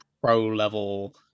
pro-level